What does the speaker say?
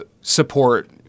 support